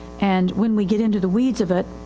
and when we get into the weeds of it,